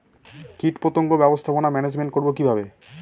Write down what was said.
কীটপতঙ্গ ব্যবস্থাপনা ম্যানেজমেন্ট করব কিভাবে?